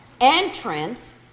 entrance